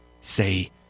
say